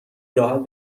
راحت